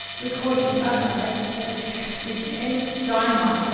we called him dynamite, that's his nickname. dynamite? so